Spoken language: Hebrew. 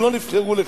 הם לא נבחרו לכך.